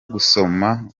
gusoma